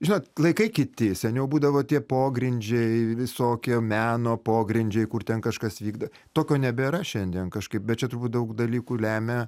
žinot laikai kiti seniau būdavo tie pogrindžiai visokie meno pogrindžiai kur ten kažkas vykda tokio nebėra šiandien kažkaip bet čia turbūt daug dalykų lemia